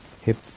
hip